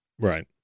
Right